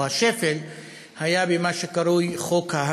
או השפל,